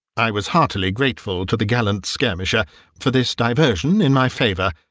i was heartily grateful to the gallant skirmisher for this diversion in my favour.